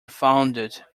founded